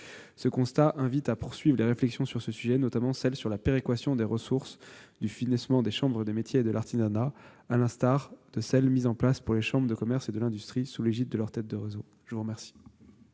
Ce constat invite à poursuivre les réflexions sur ce sujet, notamment celle sur la péréquation des ressources du financement des chambres de métiers et de l'artisanat, à l'instar de la péréquation mise en place pour les chambres de commerce et de l'industrie sous l'égide de leur tête de réseau. La parole